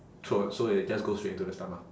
throat so they just go straight into the stomach